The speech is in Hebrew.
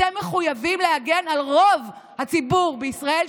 אתם מחויבים להגן על רוב הציבור בישראל,